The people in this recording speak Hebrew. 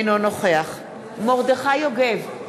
אינו נוכח מרדכי יוגב,